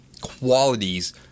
qualities